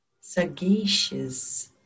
sagacious